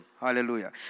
Hallelujah